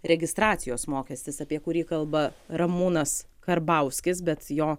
registracijos mokestis apie kurį kalba ramūnas karbauskis bet jo